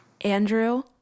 Andrew